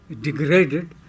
degraded